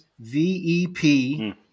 V-E-P